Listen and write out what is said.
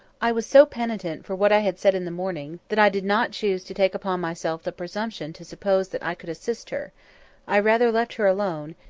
i was so penitent for what i had said in the morning, that i did not choose to take upon myself the presumption to suppose that i could assist her i rather left her alone,